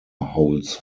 holds